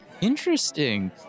Interesting